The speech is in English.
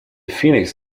phoenix